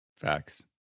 Facts